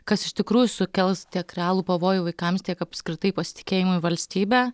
kas iš tikrųjų sukels tiek realų pavojų vaikams tiek apskritai pasitikėjimui valstybe